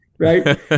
right